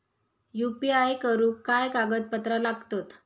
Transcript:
UPI करुक काय कागदपत्रा लागतत?